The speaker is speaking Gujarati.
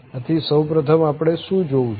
આથી સૌ પ્રથમ આપણે શું જોવું છે